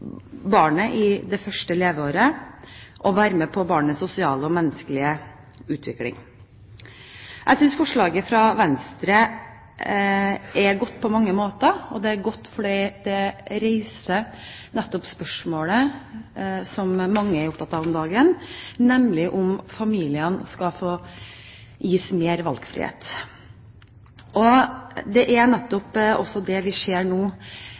barnet i det første leveåret – og være med på barnets sosiale og menneskelige utvikling. Jeg synes forslaget fra Venstre på mange måter er godt. Det er godt fordi det nettopp reiser spørsmålet som mange er opptatt av om dagen, nemlig om familiene skal gis mer valgfrihet – dette er et spørsmål som blir mer og